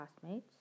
classmates